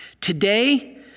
Today